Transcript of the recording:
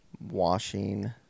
washing